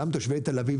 גם תושבי תל אביב,